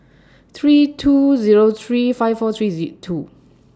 three two Zero three five four three Z two